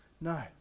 No